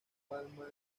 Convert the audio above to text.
palma